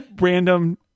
random